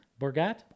Borgat